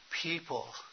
people